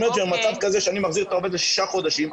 במצב כזה שאני מחזיר את העובד לשישה חודשים,